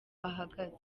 ahagaze